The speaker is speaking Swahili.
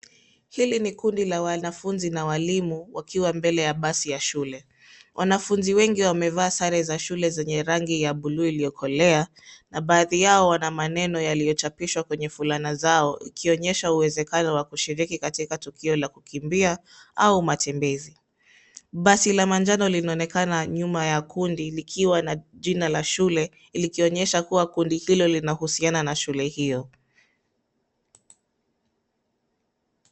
Hili ni kundi la wanafunzi na walimu wakiwa mbele ya basi la shule. Wanafunzi wengi wamevaa sare za shule zenye rangi ya buluu iliyokolea, na baadhi yao wana maneno yaliyochapishwa kwenye fulana zao ikionyesha uwezekano wa kushiriki katika tukio la kukimbia au matembezi. Basi la manjano linaonekana nyuma ya kundi , likiwa na jina la shule, likionyesha kuwa kundi hilo linahusiana na shule hiyo.